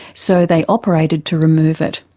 so they operated to remove it.